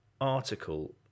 article